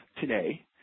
today